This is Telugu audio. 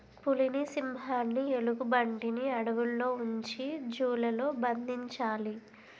పులిని సింహాన్ని ఎలుగుబంటిని అడవుల్లో ఉంచి జూ లలో బంధించాలి